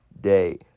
day